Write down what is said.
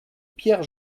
pierre